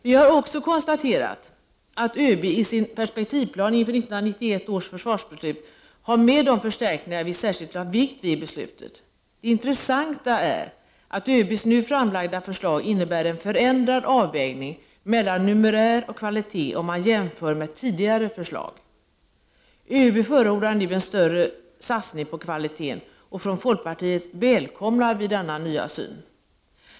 Vi har också kunnat konstatera att ÖB i sin perspektivplan inför 1991 års försvarsbeslut har med de förstärkningar vi särskilt lade vikt vid i beslutet. Det intressanta är att ÖB:s nu framlagda förslag jämfört med tidigare förslag innebär en förändrad avvägning mellan numerär och kvalitet. ÖB förordar nu en större satsning på kvaliteten. Från folkpartiet välkomnar vi denna nya syn.